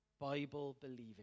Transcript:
Bible-believing